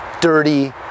dirty